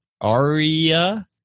Aria